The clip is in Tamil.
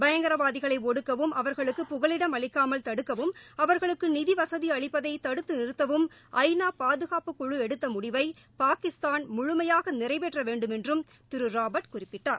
பயங்கரவாதிகளை ஒடுக்கவும் அவர்களுக்கு புகலிடம் அளிக்காமல் தடுக்கவும் அவர்களுக்கு நிதி வசதி அளிப்பதை தடுத்து நிறுத்தவும் ஐநா பாதுகாப்புக்குழு எடுத்த முடிவை பாகிஸ்தான் முழுமையாக நிறைவேற்ற வேண்டுமென்றும் திரு ராபர்ட் குறிப்பிட்டார்